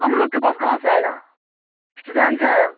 ہم لوگ کے پاس کہاں سے آئے گا اسٹوڈینٹ ہیں